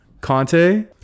Conte